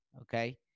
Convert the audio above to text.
Okay